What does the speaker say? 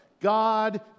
God